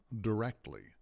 directly